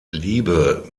liebe